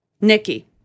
Nikki